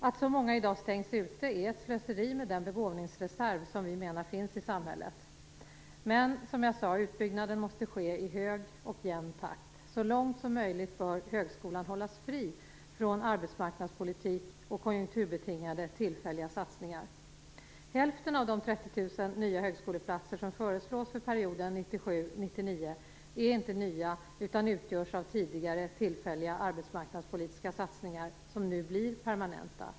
Att så många i dag stängs ute är ett slöseri med den begåvningsreserv som finns i samhället. Men utbyggnaden måste ske i hög och jämn takt. Så långt som möjligt bör högskolan hållas fri från arbetsmarknadspolitik och konjunkturbetingade tillfälliga satsningar. Hälften av de 30 000 nya högskoleplatser som föreslås för perioden 1997-1999 är inte nya utan utgörs av tidigare tillfälliga arbetsmarknadspolitiska satsningar, som nu blir permanenta.